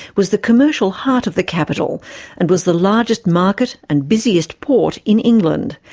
was the commercial heart of the capital and was the largest market and busiest port in england.